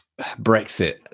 Brexit